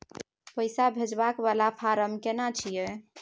पैसा भेजबाक वाला फारम केना छिए?